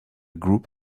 group